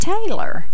Taylor